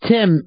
Tim